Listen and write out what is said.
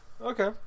Okay